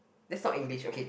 that's not English okay